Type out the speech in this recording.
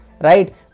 right